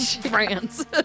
France